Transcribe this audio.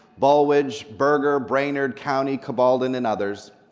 balwidge, berger, brainard, county, cabaldin, and others,